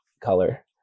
color